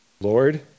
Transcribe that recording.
Lord